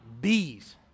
bees